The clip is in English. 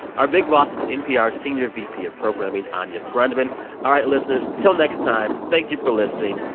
our big boss is npr's senior vp of programming anya grundmann all right, listeners, till next time, thank you for listening.